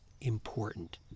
important